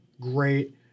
great